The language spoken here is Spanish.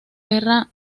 guerra